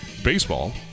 baseball